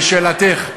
לשאלתך,